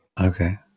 okay